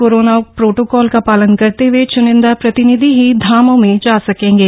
corona protocol का पालन करते हुए चुनिंदा प्रतिनिधि ही धामों में जा सकेंगे